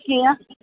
कि'यां